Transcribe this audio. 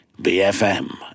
BFM